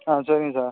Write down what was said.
ஆ சரிங்க சார்